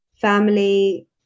family